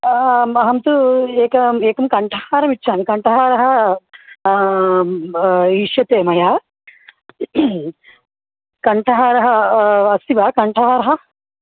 आम् अहं तु एकम् एकं कण्ठहारमिच्छामि कण्ठहारः इष्यते मया कण्ठहारः अस्ति वा कण्ठहारः